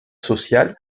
social